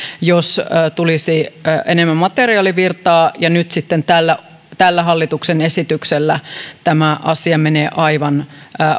jos tulisi enemmän materiaalivirtaa niin nyt sitten tällä tällä hallituksen esityksellä tämä asia menee aivan